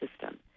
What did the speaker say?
system